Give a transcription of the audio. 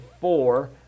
four